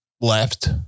left